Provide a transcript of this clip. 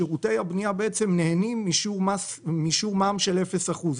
שירותי הבנייה נהנים משיעור מע"מ של אפס אחוז.